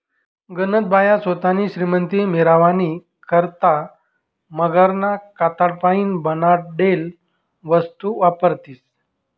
गनज बाया सोतानी श्रीमंती मिरावानी करता मगरना कातडीपाईन बनाडेल वस्तू वापरतीस